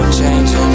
changing